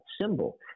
symbol